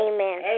Amen